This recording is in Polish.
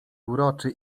uroczy